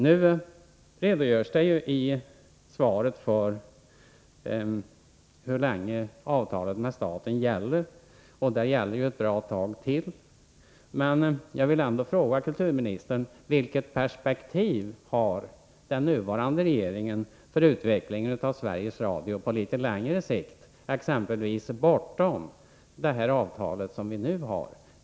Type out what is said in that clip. Det redogörs i svaret för hur länge avtalet med staten gäller. Det gäller ett bra tag till. Jag vill ändå fråga kulturministern: Vilket perspektiv har den nuvarande regeringen för utvecklingen av Sveriges Radio på litet längre sikt, exempelvis bortom det avtal som vi nu har?